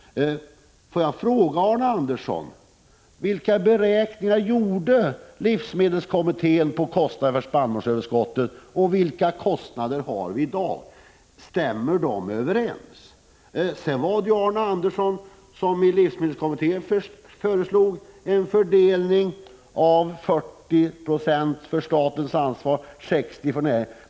Det var Arne Andersson som i livsmedelskommittén föreslog fördelningen 40 Yo av ansvaret på staten och 60 26 på näringen.